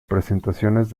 prestaciones